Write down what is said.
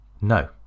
no